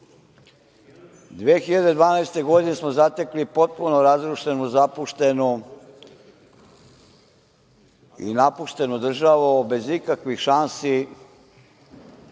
2012. smo zatekli potpuno razrušenu, zapuštenu i napuštenu državu bez ikakvih šansi